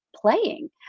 playing